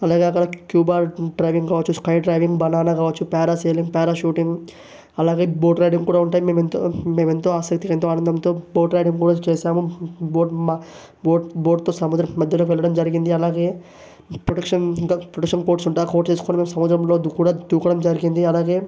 అలాగే అక్కడ scuba diving కావచ్చు స్కై డైవింగ్ బనానా కావచ్చు పారాసైలింగ్ ప్యారాషూటింగ్ అలాగే బోట్ రైడింగ్ కూడా ఉంటాయి మేమెంతో మెమెంతో ఆసక్తితో ఎంతో ఆనందంతో బోట్ రైడింగ్ కూడా చేసాము బోట్ మా బోట్ బోట్తో సముద్రం మధ్యలోకి వెళ్ళడం జరిగింది అలాగే ప్రొటెక్షన్గా ప్రొటెక్షన్ కోట్స్ ఉంటే ఆ కోట్స్ వేస్కుని మేము సముద్రంలో దు కూడా దూకడం జరిగింది అలాగే